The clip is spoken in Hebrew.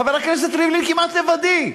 חבר הכנסת ריבלין, כמעט לבדי.